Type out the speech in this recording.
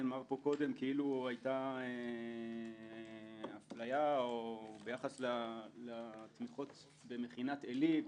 נאמר פה קודם כאילו היתה אפליה ביחס לתמיכות במכינת עלי,